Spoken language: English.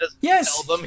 Yes